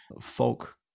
folk